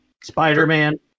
Spider-Man